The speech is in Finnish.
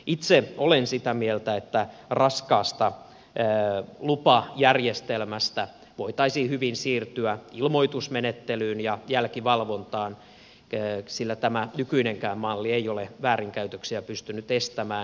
itse olen sitä mieltä että raskaasta lupajärjestelmästä voitaisiin hyvin siirtyä ilmoitusmenettelyyn ja jälkivalvontaan sillä tämä nykyinenkään malli ei ole väärinkäytöksiä pystynyt estämään